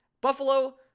Buffalo